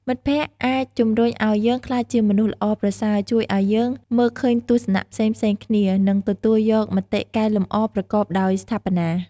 មិត្តភក្តិអាចជំរុញឱ្យយើងក្លាយជាមនុស្សល្អប្រសើរ ជួយឱ្យយើងមើលឃើញទស្សនៈផ្សេងៗគ្នា និងទទួលយកមតិកែលម្អប្រកបដោយស្ថាបនា។